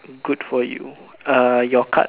good for you uh your card